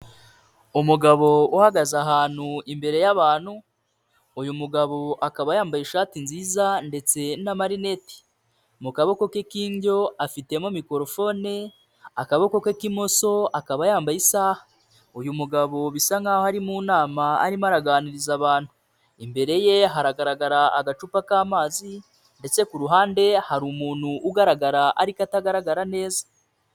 Umugabo uhagaze ahantu imbere y'abantu, uyu mugabo akaba yambaye ishati nziza ndetse n'amarinete, mu kaboko ke k'indyo afitemo mikorofone akaboko ke k'imoso akaba yambaye isaha, uyu mugabo bisa nkaho ari mu nama arimo araganiriza abantu, imbere ye haragaragara agacupa k'amazi ndetse ku ruhande hari umuntu ugaragara ariko atagaragara neza.